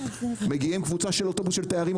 מגיעים קבוצה של אוטובוס של תיירים,